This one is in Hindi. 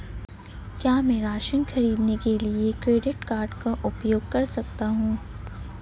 क्या मैं राशन खरीदने के लिए क्रेडिट कार्ड का उपयोग कर सकता हूँ?